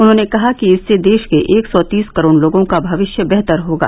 उन्होंने कहा कि इससे देश के एक सौ तीस करोड़ लोगों का भविष्य बेहतर होगा